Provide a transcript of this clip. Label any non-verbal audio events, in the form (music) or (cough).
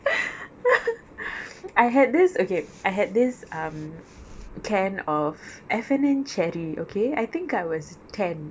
(laughs) I had this okay I had this um can of F&N cherry okay I think I was ten and on the way there and markets are legit